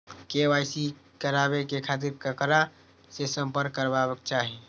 KYC कराबे के खातिर ककरा से संपर्क करबाक चाही?